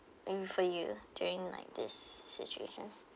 maybe for you during like this situation